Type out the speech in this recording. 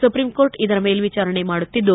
supreme court ಇದರ ಮೇಲ್ವಿಚಾರಣೆ ಮಾಡುತ್ತಿದ್ದು